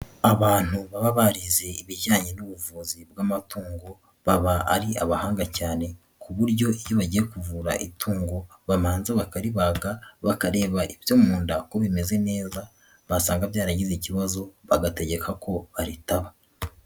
Abantu baba barize ibijyanye n'ubuvuzi bw'amatungo, baba ari abahanga cyane ku buryo iyo bagiye kuvura itungo, bamanza bakaribaga bakareba ibyo mu nda ko bimeze neza, basanga byaragize ikibazo bagategeka ko baritaba.